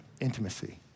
intimacy